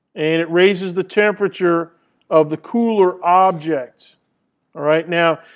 and it raises the temperature of the cooler object. all right? now,